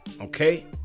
Okay